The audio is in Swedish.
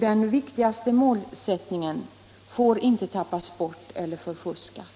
Den viktigaste målsättningen får inte tappas bort eller förfuskas.